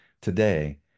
today